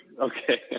Okay